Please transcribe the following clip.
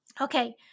Okay